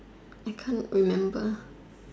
I can't remember